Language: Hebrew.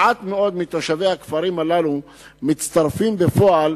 מעט מאוד מתושבי הכפרים הללו מצטרפים בפועל